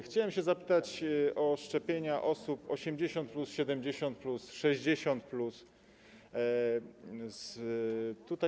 Chciałbym zapytać o szczepienia osób 80+, 70+, 60+.